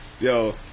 Yo